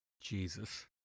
Jesus